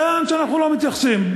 איך שאנחנו לא מתייחסים,